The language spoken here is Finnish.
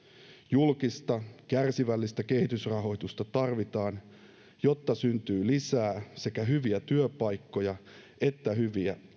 julkista kärsivällistä kehitysrahoitusta tarvitaan jotta syntyy lisää sekä hyviä työpaikkoja että hyviä